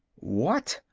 what,